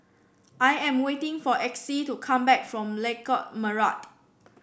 I am waiting for Exie to come back from Lengkok Merak